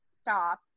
stop